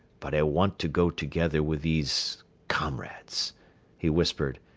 but i want to go together with these comrades he whispered,